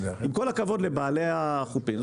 שעם כל הכבוד לבעלי החופים,